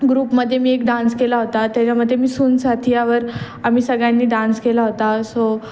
ग्रुपमध्ये मी एक डान्स केला होता त्याच्यामध्ये मी सुन साथीयावर आम्ही सगळ्यांनी डान्स केला होता सो